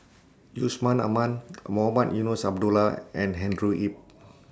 Yusman Aman Mohamed Eunos Abdullah and Andrew Yip